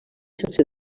sense